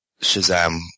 Shazam